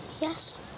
Yes